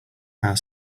our